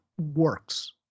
works